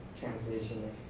translation